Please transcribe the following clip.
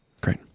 Great